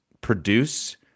produce